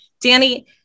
Danny